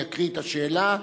יקריא את השאלה,